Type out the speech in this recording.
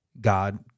God